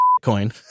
coin